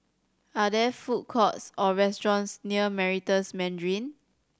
are there food courts or restaurants near Meritus Mandarin